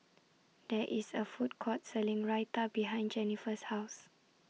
There IS A Food Court Selling Raita behind Jenniffer's House